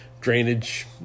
drainage